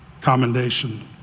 commendation